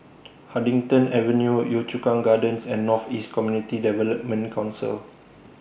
Huddington Avenue Yio Chu Kang Gardens and North East Community Development Council